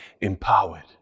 empowered